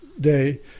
day